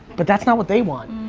but that's not what they want.